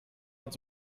hat